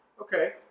Okay